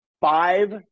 five